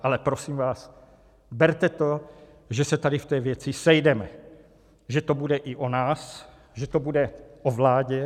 Ale prosím vás, berte to, že se tady v té věci sejdeme, že to bude i o nás, že to bude o vládě.